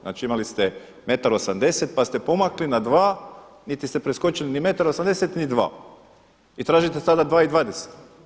Znači, imali ste metar 80, pa ste pomakli na 2, niti ste preskočili metar 80 ni 2 i tražite sada 2,20.